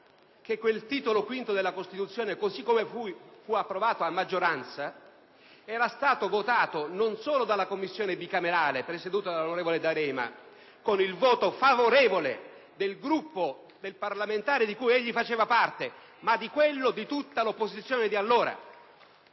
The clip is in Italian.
che quel Titolo V, così come fu poi approvato a maggioranza, era stato votato, non solo dalla Commissione bicamerale, presieduta dall'onorevole D'Alema, con il voto favorevole del Gruppo parlamentare di cui egli faceva parte, ma di quello di tutta l'opposizione di allora: